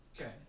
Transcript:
Okay